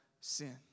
sin